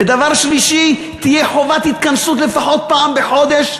ודבר שלישי, תהיה חובת התכנסות לפחות פעם בחודש,